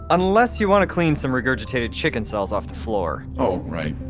unless you want to clean some regurgitated chicken cells off the floor oh right,